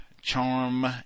charm